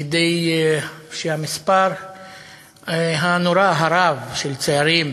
כדי שהמספר הנורא, הרב, של צעירים